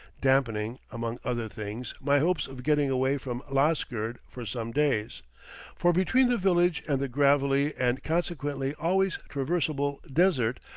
dampening, among other things, my hopes of getting away from lasgird for some days for between the village and the gravelly, and consequently always traversable, desert,